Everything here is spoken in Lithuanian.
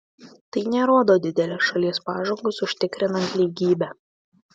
tai nerodo didelės šalies pažangos užtikrinant lygybę